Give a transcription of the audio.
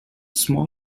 small